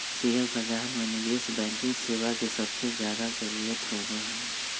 share बाजार में निवेश बैंकिंग सेवा के सबसे ज्यादा जरूरत होबा हई